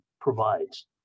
provides